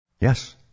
Yes